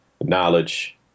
knowledge